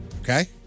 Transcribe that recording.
Okay